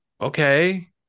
okay